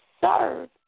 serve